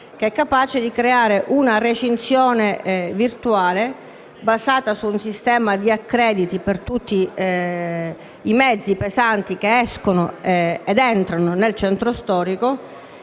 Paese, capace di creare una recinzione virtuale basata su un sistema di accrediti per tutti i mezzi pesanti in uscita e in entrata nel centro storico.